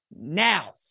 now